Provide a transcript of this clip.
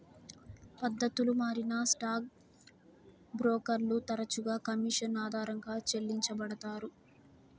పద్దతులు మారినా స్టాక్ బ్రోకర్లు తరచుగా కమిషన్ ఆధారంగా చెల్లించబడతారు